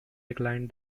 declined